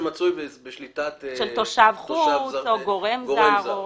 או שמצוי בשליטת גורם זר.